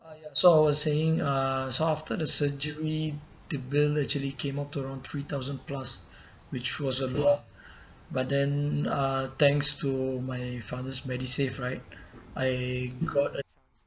so I was saying so after the surgery the bill actually came up to around three thousand plus which was a lot but then uh thanks to my father's MediSave right I got a